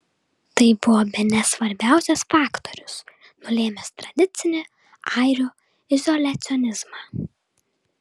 tai buvo bene svarbiausias faktorius nulėmęs tradicinį airių izoliacionizmą